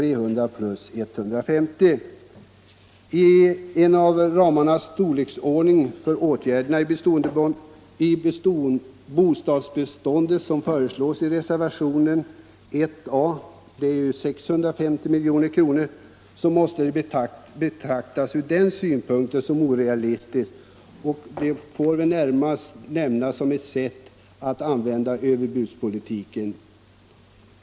En ram av den storleksordning för åtgärder i bostadsbeståndet som föreslås i reservationen 1 a — 650 milj.kr. — måste anses orealistiskt och får närmast betecknas som överbudspolitik.